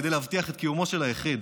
כדי להבטיח את קיומו של היחיד,